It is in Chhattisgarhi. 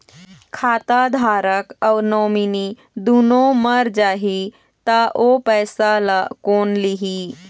खाता धारक अऊ नोमिनि दुनों मर जाही ता ओ पैसा ला कोन लिही?